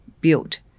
built